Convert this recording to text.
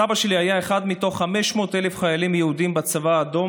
סבא שלי היה אחד מתוך 500,000 חיילים יהודים בצבא האדום